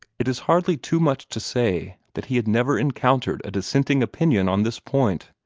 it is hardly too much to say that he had never encountered a dissenting opinion on this point.